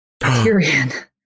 Tyrion